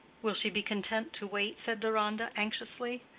will she be content to wait? said deronda, anxiously.